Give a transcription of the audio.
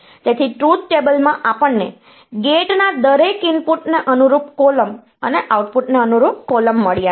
તેથી ટ્રુથ ટેબલમાં આપણને ગેટના દરેક ઇનપુટને અનુરૂપ કૉલમ અને આઉટપુટને અનુરૂપ કૉલમ મળ્યા છે